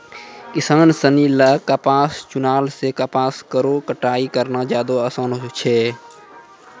किसान सिनी ल कपास चुनला सें कपास केरो कटाई करना जादे आसान छै